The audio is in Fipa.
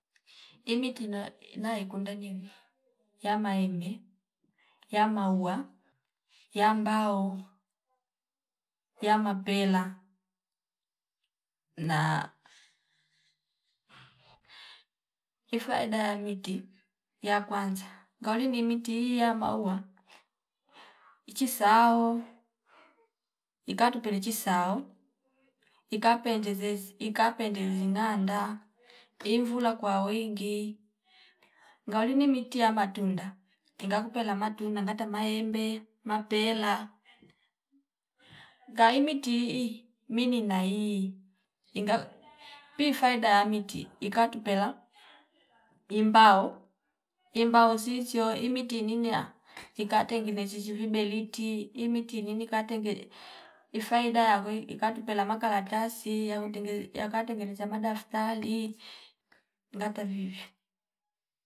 Imiki kinayo inaikunda nimwi ya maembe, yamaua, ya mbao, ya mapela na ifaida ya miti ya kwanza ngauli ni miti iya maua ichi sao ikatupeli chisao ikapendezesi ikapendezi zingaanda imvula kwa wingi ngauli ni miti ya matunda inga kupela matunda ngata maemebe, mapela ngai mitii mini nayii inga pii faida ya mikti ika tupela imbao imbao zishoi imiti niniya ikatenge nezeshishi vibeliti imiti inina katengene ifaida yakwe ikatupela makalatasi yautengeni yaka tengeneza madaftari ngata vivi